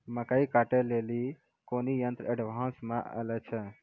मकई कांटे ले ली कोनो यंत्र एडवांस मे अल छ?